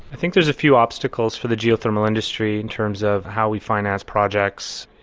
i think there's a few obstacles for the geothermal industry in terms of how we finance projects,